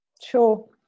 Sure